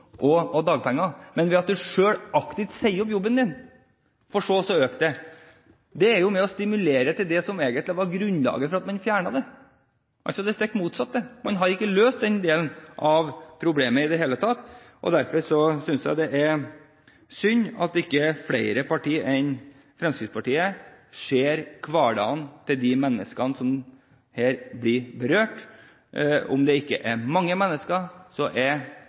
og dagpenger. Men når man selv aktivt sier opp jobben sin for å øke inntekten, er det med og stimulerer til det som egentlig var grunnlaget for at man fjernet særregelen. Det er stikk motsatt, man har ikke løst den delen av problemet i det hele tatt, og derfor synes jeg det er synd at ikke flere partier enn Fremskrittspartiet ser hverdagen til de menneskene som her blir berørt. Om det ikke er mange mennesker,